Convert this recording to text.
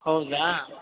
ಹೌದಾ